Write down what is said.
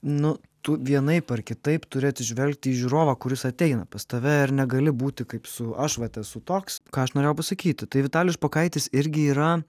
nu tu vienaip ar kitaip turi atsižvelgti į žiūrovą kuris ateina pas tave ir negali būti kaip su aš vat esu toks ką aš norėjau pasakyti tai vitalijus špokaitis irgi yra